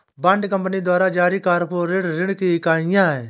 bond company द्वारा जारी corporate ऋण की इकाइयां हैं